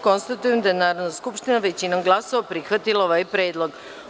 Konstatujem da je Narodna skupština većinom glasova prihvatila ovaj predlog.